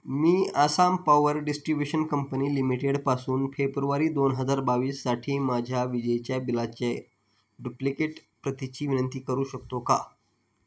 मी Assam power distribution company लिमिटेडपासून फेब्रुवारी दोन हजार बावीससाठी माझ्या विजेच्या बिलाचे डुप्लिकेट प्रतीची विनंती करू शकतो का